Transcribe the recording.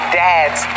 dads